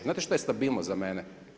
Znate što je stabilnost za mene?